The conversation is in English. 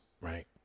right